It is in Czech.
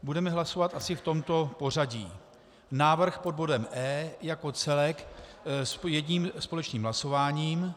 Budeme hlasovat asi v tomto pořadí: Návrh pod bodem E jako celek s jedním společným hlasováním.